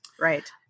right